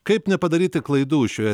kaip nepadaryti klaidų šioje